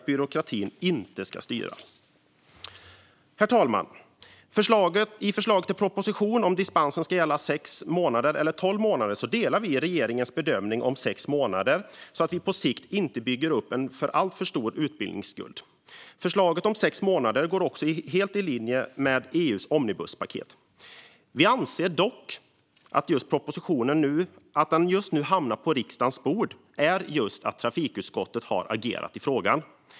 Byråkratin ska inte styra. Herr talman! I frågan om dispensen ska gälla sex månader eller tolv månader delar vi regeringens bedömning att det ska vara sex månader. Det handlar om att inte på sikt bygga upp en alltför stor utbildningsskuld. Förslaget om sex månader går också helt i linje med EU:s omnibuspaket. Vi anser dock att anledningen till att propositionen just nu hamnar på riksdagens bord är att trafikutskottet har agerat i frågan.